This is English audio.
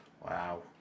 Wow